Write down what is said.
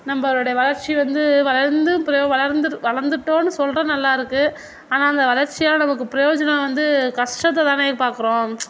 நம்மளோட வளர்ச்சி வந்து வளர்ந்தும் வளர்ந்திரு வளர்ந்துவிட்டோனு சொல்ல நல்லாயிருக்கு ஆனால் அந்த வளர்ச்சியால் நமக்கு பிரயோஜனம் வந்து கஷ்டத்தை தானே பார்க்குறோம்